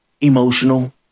emotional